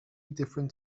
different